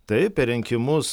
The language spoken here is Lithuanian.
taip per rinkimus